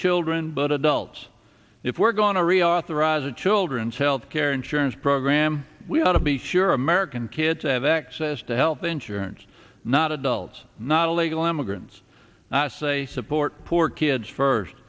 children but adults if we're going to reauthorize a children's health care insurance program we ought to be sure american kids have access to health insurance not adults not illegal immigrants i say support poor kids first